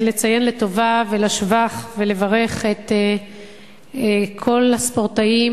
לציין לטובה ולשבח ולברך את כל הספורטאים